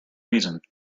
reason